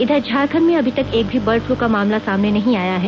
इधर झारखंड में अभी तक एक भी बर्ड फलू के मामले नहीं आये हैं